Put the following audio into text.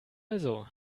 also